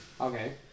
Okay